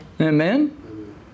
Amen